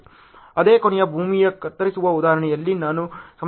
ಅದೇ ಕೊನೆಯ ಭೂಮಿಯ ಕತ್ತರಿಸುವ ಉದಾಹರಣೆಯಲ್ಲಿ ನಾನು ಸಮಸ್ಯೆಯನ್ನು ವ್ಯಾಖ್ಯಾನಿಸುತ್ತಿದ್ದೇನೆ